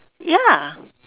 ya